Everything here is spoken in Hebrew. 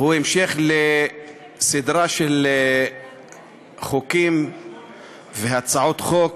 הוא המשך סדרה של חוקים והצעות חוק